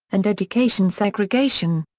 and education segregation.